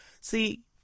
See